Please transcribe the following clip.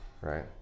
Right